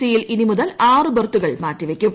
സിയിൽ ഇനിമുതൽ ആറ് ബർത്തുകൾ മാറ്റിവയ്ക്കും